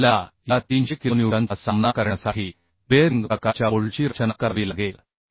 आता आपल्याला या 300 किलोन्यूटनचा सामना करण्यासाठी बेअरिंग प्रकारच्या बोल्टची रचना करावी लागेल